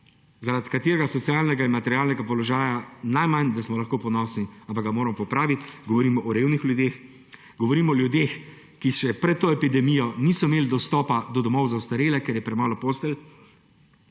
glede njihovega socialnega in materialnega položaja ne moremo biti ponosni, ampak ga moramo popraviti. Govorim o revnih ljudeh, govorim o ljudeh, ki še pred to epidemijo niso imeli dostopa do domov za ostarele, ker je premalo postelj.